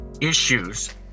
issues